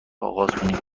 آغاز